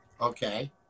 Okay